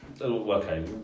okay